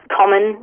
common